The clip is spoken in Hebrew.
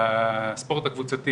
בספורט הקבוצתי